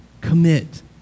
Commit